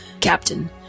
Captain